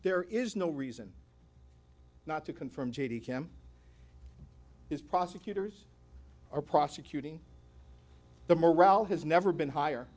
there is no reason not to confirm j t kim is prosecutors or prosecuting the morale has never been higher